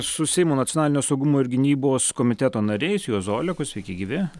su seimo nacionalinio saugumo ir gynybos komiteto nariais juozu oleku sveiki gyvi